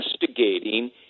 investigating